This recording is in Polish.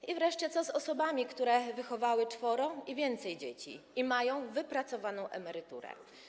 I wreszcie, co z osobami, które wychowały czworo i więcej dzieci i mają wypracowaną emeryturę?